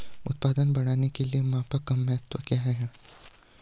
उत्पादन बढ़ाने के मापन का महत्व क्या है?